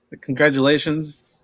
Congratulations